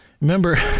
remember